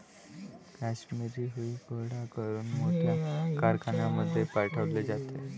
काश्मिरी हुई गोळा करून मोठ्या कारखान्यांमध्ये पाठवले जाते